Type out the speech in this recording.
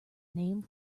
name